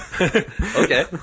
okay